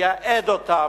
לייעד אותם,